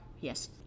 Yes